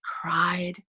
cried